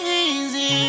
easy